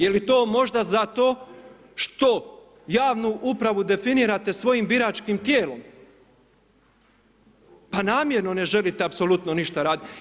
Je li to možda zato što javnu upravu definirate svojim biračkim tijelom, pa namjerno ne želite apsolutno ništa raditi.